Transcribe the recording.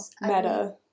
Meta